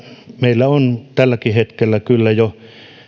meillä on tälläkin hetkellä kyllä jo